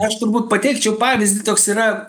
aš turbūt pateikčiau pavyzdį toks yra